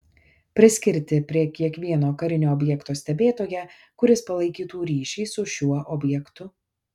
priskirti prie kiekvieno karinio objekto stebėtoją kuris palaikytų ryšį su šiuo objektu